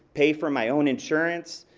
pay for my own insurance,